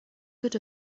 good